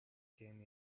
came